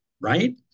right